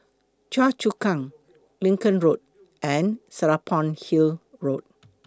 Choa Chu Kang Lincoln Road and Serapong Hill Road